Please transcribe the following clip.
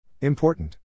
Important